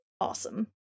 awesome